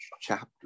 chapter